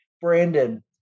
Brandon